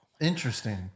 Interesting